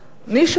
אני שואלת,